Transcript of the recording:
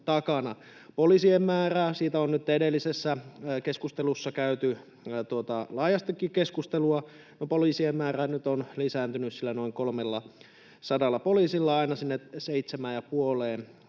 Poliisien määrästä on nyt edellisessä keskustelussa käyty laajastikin keskustelua. No, poliisien määrä nyt on lisääntynyt sillä noin 300 poliisilla aina sinne